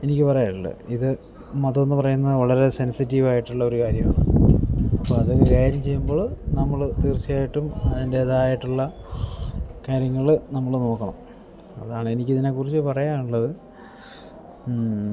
എനിക്ക് പറയാനുള്ളത് ഇത് മതമെന്നു പറയുന്ന വളരെ സെൻസിറ്റീവായിട്ടുള്ള ഒരു കാര്യമാണ് അപ്പം അത് കൈകാര്യം ചെയ്യുമ്പോൾ നമ്മൾ തീർച്ചയായിട്ടും അതിൻ്റേതായിട്ടുള്ള കാര്യങ്ങൾ നമ്മൾ നോക്കണം അതാണ് എനിക്കിതിനെക്കുറിച്ച് പറയാനുള്ളത്